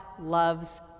loves